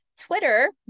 Twitter